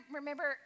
remember